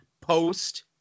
post